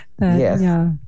Yes